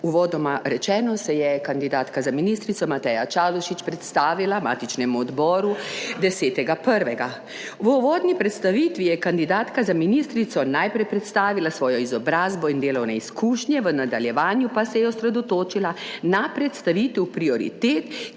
uvodoma rečeno, se je kandidatka za ministrico Mateja Čalušić predstavila matičnemu odboru 10. 1. V uvodni predstavitvi je kandidatka za ministrico najprej predstavila svojo izobrazbo in delovne izkušnje, v nadaljevanju pa se je osredotočila na predstavitev prioritet,